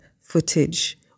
footage